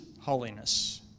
holiness